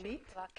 מה שנקרא.